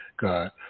God